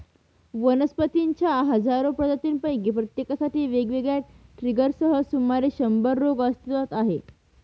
वनस्पतींच्या हजारो प्रजातींपैकी प्रत्येकासाठी वेगवेगळ्या ट्रिगर्ससह सुमारे शंभर रोग अस्तित्वात आहेत